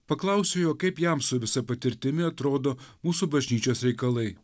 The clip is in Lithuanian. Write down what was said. paklausiau jo kaip jam su visa patirtimi atrodo mūsų bažnyčios reikalai